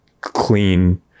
clean